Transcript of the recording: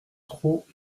trop